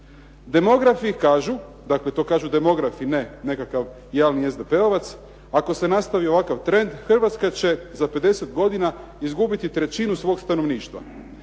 Demografi kažu, dakle to kažu demografi ne nekakav javni SDP-ovac, ako se nastavi ovakav trend Hrvatska će za 50 godina izgubiti trećinu svog stanovništva.